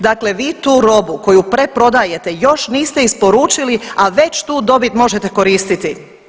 Dakle, vi tu robu koju preprodajte još niste isporučili, a već tu dobit možete koristiti.